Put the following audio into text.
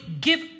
give